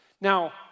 Now